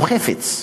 הוא חפץ.